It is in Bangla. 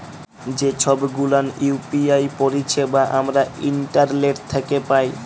যে ছব গুলান ইউ.পি.আই পারিছেবা আমরা ইন্টারলেট থ্যাকে পায়